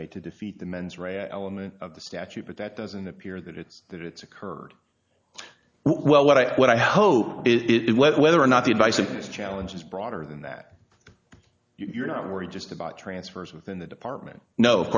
way to defeat the mens rea element of the statute but that doesn't appear that it's that it's occurred well what i what i hope it was whether or not the advice of this challenge is broader than that you're not worried just about transfers within the department no of